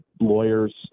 lawyers